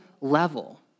level